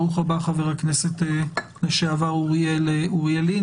ברוך הבא, חבר הכנסת לשעבר אוריאל לין.